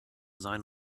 sein